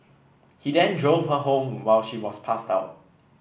he then drove her home while she was passed out